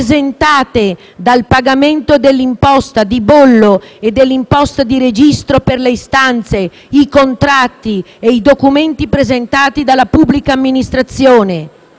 esentate dal pagamento dell'imposta di bollo e dell'imposta di registro per le istanze, i contratti e i documenti presentati alla pubblica amministrazione;